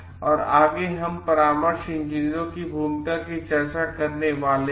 और आगे हम परामर्श इंजीनियरों की भूमिका चर्चा करने वाले हैं